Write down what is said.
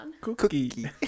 cookie